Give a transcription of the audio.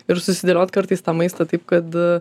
ir susidėliot kartais tą maistą taip kad